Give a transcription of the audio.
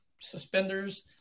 suspenders